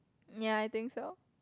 ya I think so